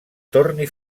torni